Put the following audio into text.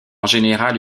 général